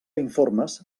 informes